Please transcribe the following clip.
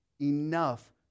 enough